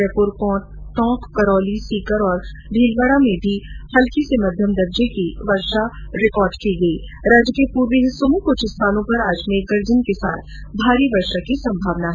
जयपुर टोंक करौली सीकर और भीलवाडा में हल्की से मध्यम दर्जे और राज्य के पूर्वी हिस्सों में कुछ स्थानों पर आज मेघ गर्जन के साथ भारी वर्षा की संभावना है